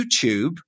YouTube